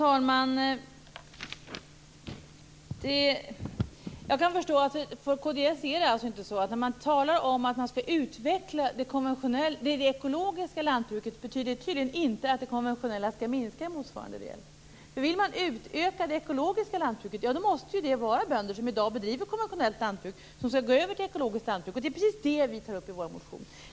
Fru talman! När man inom kd talar om att utveckla det ekologiska lantbruket innebär det tydligen inte att det konventionella skall minska i motsvarande del. Vill man utöka det ekologiska lantbruket måste det ju vara bönder som i dag bedriver konventionellt lantbruk som skall gå över till ett ekologiskt lantbruk. Det är precis det vi tar upp i vår motion.